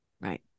Right